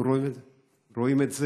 אנחנו רואים את זה,